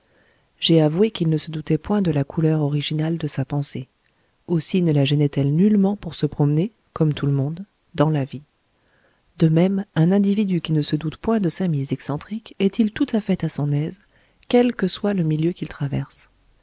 j'ai avoué qu'il ne se doutait point de la couleur originale de sa pensée aussi ne la gênait elle nullement pour se promener comme tout le monde dans la vie de même un individu qui ne se doute point de sa mise excentrique est-il tout à fait à son aise quel que soit le milieu qu'il traverse